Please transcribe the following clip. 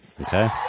okay